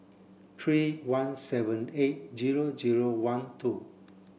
three one seven eight zero zero one two